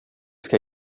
ska